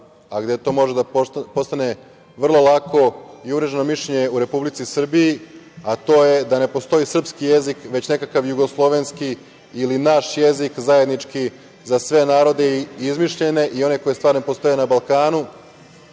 a gde to može da postane vrlo lako i uvreženo mišljenje u Republici Srbiji, a to je da ne postoji srpski jezik već nekakav jugoslovenski ili naš jezik zajednički za sve narode izmišljene i one koji stvarno postoje na Balkanu. Dakle,